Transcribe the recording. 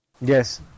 Yes